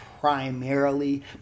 primarily